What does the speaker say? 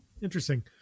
interesting